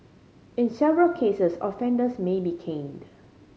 in several cases offenders may be caned